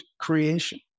creation